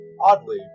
oddly